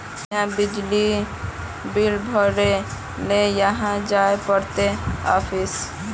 बिजली बिल भरे ले कहाँ जाय पड़ते ऑफिस?